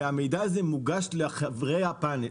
והמידע הזה מוגש לחברי הפאנל.